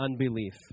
unbelief